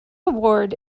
award